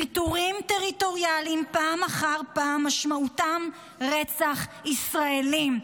ויתורים טריטוריאליים פעם אחר פעם משמעותם רצח ישראלים,